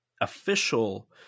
official –